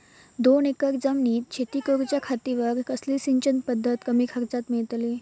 दोन एकर जमिनीत शेती करूच्या खातीर कसली सिंचन पध्दत कमी खर्चात मेलतली?